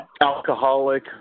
alcoholic